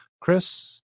Chris